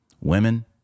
women